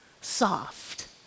soft